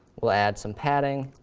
we'll add some padding,